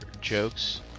jokes